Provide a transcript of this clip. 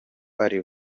ariwe